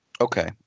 Okay